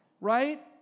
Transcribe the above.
right